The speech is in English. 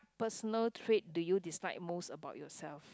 personal trait do you dislike most about yourself